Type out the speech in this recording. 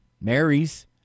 marries